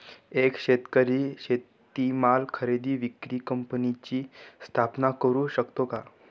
एक शेतकरी शेतीमाल खरेदी विक्री कंपनीची स्थापना करु शकतो का?